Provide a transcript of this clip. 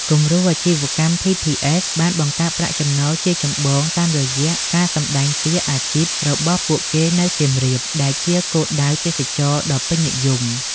គំរូអាជីវកម្ម ភី ភី អេស បានបង្កើតប្រាក់ចំណូលជាចម្បងតាមរយៈការសម្តែងសៀកអាជីពរបស់ពួកគេនៅសៀមរាប ដែលជាគោលដៅទេសចរណ៍ដ៏ពេញនិយម ។